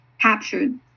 captured